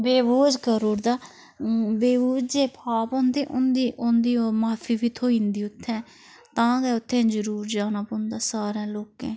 बेबूज करु उड़दा बेबूज जे पाप होंदे उंदी उं'दी ओह् माफी बी थ्होई जंदी उत्थें तां गै उत्थें जरूर जाना पौंदा सारा लोकें